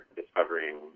discovering